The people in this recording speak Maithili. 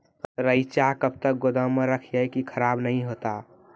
रईचा कब तक गोदाम मे रखी है की खराब नहीं होता?